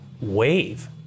wave